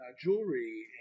jewelry